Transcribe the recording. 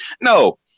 No